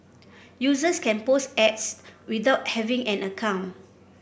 users can post ads without having an account